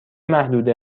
محدوده